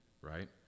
Right